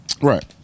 Right